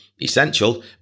essential